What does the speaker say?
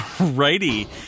righty